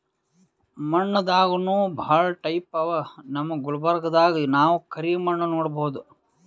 ಮಣ್ಣ್ ದಾಗನೂ ಭಾಳ್ ಟೈಪ್ ಅವಾ ನಮ್ ಗುಲ್ಬರ್ಗಾದಾಗ್ ನಾವ್ ಕರಿ ಮಣ್ಣ್ ನೋಡಬಹುದ್